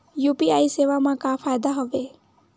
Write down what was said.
UPI सेवा मा का फ़ायदा हवे?